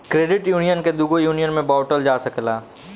credit union के दुगो union में बॉटल जा सकेला